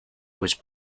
was